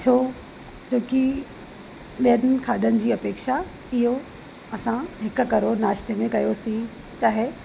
छो जेकी ॿियनि खाधनि जी अपेक्षा इहो असां हिकु करो नाश्ते में कयोसीं चाहे